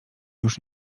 już